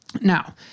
Now